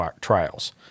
trials